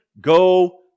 go